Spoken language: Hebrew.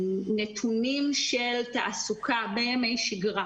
נתונים של תעסוקה בימי שגרה